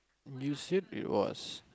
you said it was